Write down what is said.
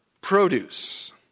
produce